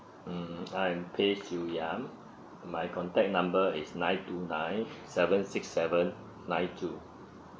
mmhmm I am peh siew yang pays my contact number is nine two nine seven six seven nine two